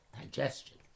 digestion